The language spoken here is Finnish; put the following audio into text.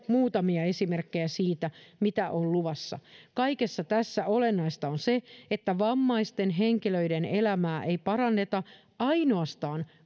muutamia esimerkkejä siitä mitä on luvassa kaikessa tässä olennaista on se että vammaisten henkilöiden elämää ei paranneta ainoastaan